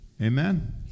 Amen